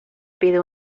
pido